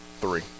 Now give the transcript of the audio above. Three